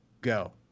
Go